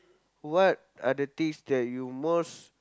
what are the things that you most